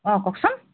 অ কওকচোন